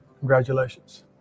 Congratulations